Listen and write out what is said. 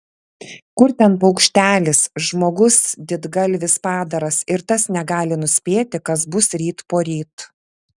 kur ten paukštelis žmogus didgalvis padaras ir tas negali nuspėti kas bus ryt poryt